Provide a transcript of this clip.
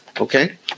Okay